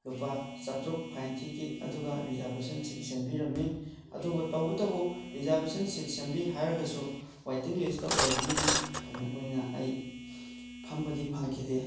ꯂꯨꯄꯥ ꯆꯥꯇꯔꯨꯛ ꯐꯥꯏꯟ ꯊꯤꯈꯤ ꯑꯗꯨꯒ ꯔꯤꯖꯥꯔꯕꯦꯁꯟ ꯁꯤꯠ ꯁꯦꯝꯕꯤꯔꯝꯃꯤ ꯑꯗꯨꯕꯨ ꯇꯧꯕꯇꯕꯨ ꯔꯤꯖꯥꯔꯕꯦꯁꯟ ꯁꯤꯠ ꯁꯦꯝꯕꯤ ꯍꯥꯏꯔꯒꯁꯨ ꯋꯥꯏꯇꯤꯡ ꯂꯤꯁꯇ ꯑꯣꯏꯕꯅꯤꯅ ꯐꯅ ꯀꯨꯏꯅ ꯑꯩ ꯐꯝꯕꯗꯤ ꯐꯪꯈꯤꯗꯦ